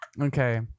Okay